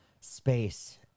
space